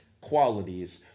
qualities